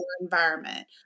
environment